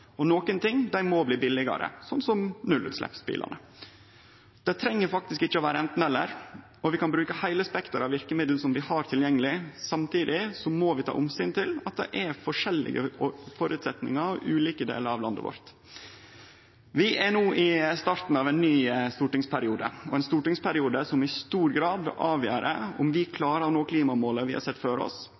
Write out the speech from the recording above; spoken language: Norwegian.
ikkje nokon ideologiske sperrer mot å diskutere løysingar. Løysinga er klar. Nokre ting må vi forby, slik som oljefyring. Nokre ting må bli dyrare, slik som fossilbilar, og nokre ting må bli billigare, slik som nullutsleppsbilar. Det treng faktisk ikkje vere anten–eller, for vi kan bruke heile spekteret av verkemiddel som vi har tilgjengeleg. Samtidig må vi ta omsyn til at det er forskjellige føresetnader i ulike delar av landet vårt. Vi er no i starten av ein ny stortingsperiode, og ein stortingsperiode som i stor